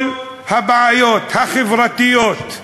כל הבעיות החברתיות,